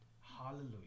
hallelujah